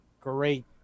Great